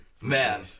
Man